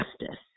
justice